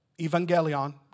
Evangelion